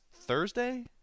Thursday